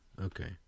Okay